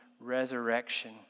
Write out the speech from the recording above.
resurrection